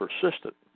persistent